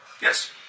Yes